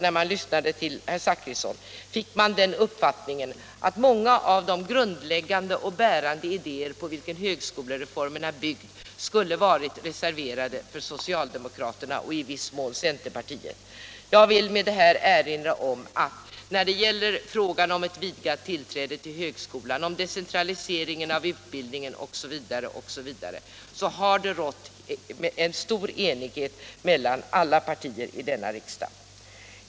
När man lyssnade till herr Zachrisson fick man den uppfattningen att många av de grundläggande och bärande idéer på vilka högskolereformen är byggd skulle vara reserverade för socialdemokraterna och i viss mån centerpartiet. Jag vill erinra om att när det gäller frågan om ett vidgat tillträde till högskolan, om decentraliseringen av utbildningen osv. har det rått stor enighet mellan alla partier i riksdagen.